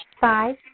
Five